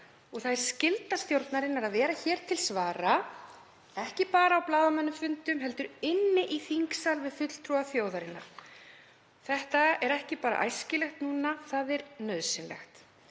Það er skylda stjórnarinnar að vera hér til svara, ekki bara á blaðamannafundum heldur í þingsal við fulltrúa þjóðarinnar. Þetta er ekki bara æskilegt núna, það er nauðsynlegt.